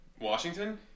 Washington